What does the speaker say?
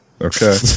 Okay